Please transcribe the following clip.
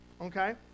Okay